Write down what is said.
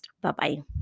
Bye-bye